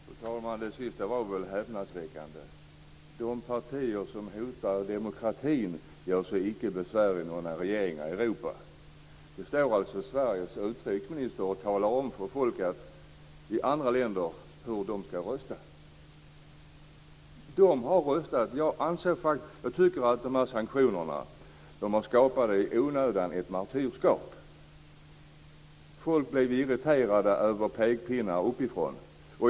Fru talman! Det sista var väl häpnadsväckande. De partier som hotar demokratin göre sig icke besvär i några regeringar i Europa. Här står alltså Sveriges utrikesminister och talar om för folk i andra länder hur de ska rösta. De har röstat. Jag tycker att de här sanktionerna i onödan har skapat ett martyrskap. Folk blir irriterade över pekpinnar uppifrån.